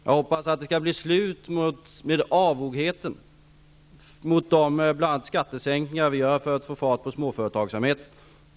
Jag hoppas att det skall bli slut med avogheten mot bl.a. de skattesänkningar som vi gör för att få fart på småföretagen.